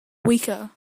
weaker